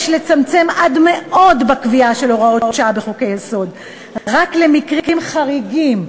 יש לצמצם עד מאוד בקביעה של הוראות שעה בחוקי-יסוד רק למקרים חריגים,